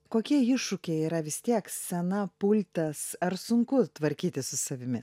kokie iššūkiai yra vis tiek scena pultas ar sunku tvarkytis su savimi